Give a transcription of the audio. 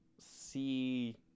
see